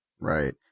Right